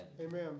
Amen